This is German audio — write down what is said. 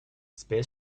space